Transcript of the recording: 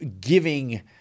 giving